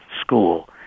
School